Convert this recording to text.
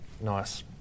Nice